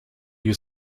you